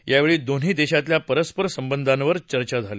यावेळी दोन्ही देशातल्या परस्पर संबधांवर चर्चा झाली